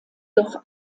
doch